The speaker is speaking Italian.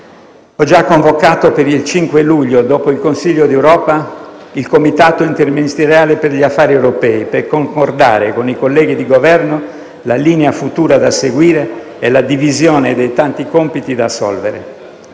ho già convocato per il 5 luglio, dopo il Consiglio d'Europa, il Comitato interministeriale per gli affari europei per concordare con i colleghi di Governo la linea futura da seguire e la divisione dei tanti compiti da assolvere.